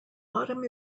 autumn